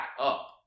up